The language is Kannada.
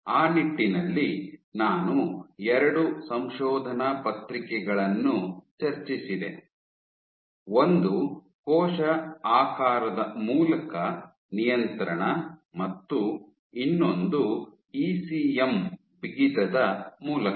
ಆ ನಿಟ್ಟಿನಲ್ಲಿ ನಾನು ಎರಡು ಸಂಶೋಧನಾ ಪತ್ರಿಕೆಗಳನ್ನು ಚರ್ಚಿಸಿದೆ ಒಂದು ಕೋಶ ಆಕಾರದ ಮೂಲಕ ನಿಯಂತ್ರಣ ಮತ್ತು ಇನ್ನೊಂದು ಇಸಿಎಂ ಬಿಗಿತದ ಮೂಲಕ